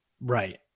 Right